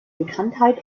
bekanntheit